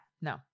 No